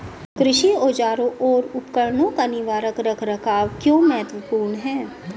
कृषि औजारों और उपकरणों का निवारक रख रखाव क्यों महत्वपूर्ण है?